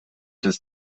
des